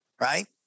Right